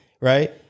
right